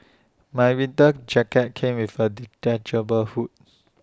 my winter jacket came with A detachable hood